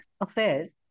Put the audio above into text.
affairs